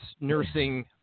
nursing